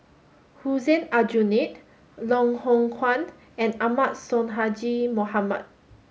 Hussein Aljunied Loh Hoong Kwan and Ahmad Sonhadji Mohamad